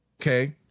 okay